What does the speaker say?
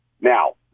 Now